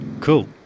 cool